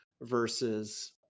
versus